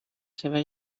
seva